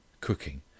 cooking